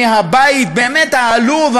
מהבית באמת העלוב,